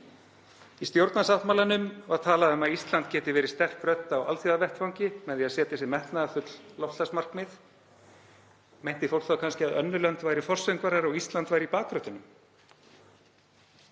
Í stjórnarsáttmálanum er talað um að Ísland geti verið sterk rödd á alþjóðavettvangi með því að setja sér metnaðarfull loftslagsmarkmið. Meinti fólk þá að önnur lönd væru forsöngvarar og Ísland væri í bakröddunum?